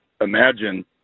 imagine